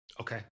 Okay